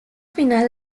final